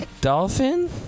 dolphin